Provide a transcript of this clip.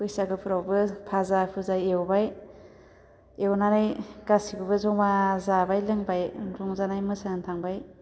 बैसागोफोरावबो फाजा फुजा एवबाय एवनानै गासिखौबो ज'मा जाबाय लोंबाय रंजानाय मोसानो थांबाय